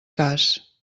cas